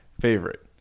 favorite